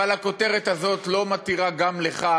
אבל הכותרת הזאת לא מתירה גם לך